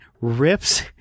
rips